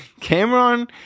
Cameron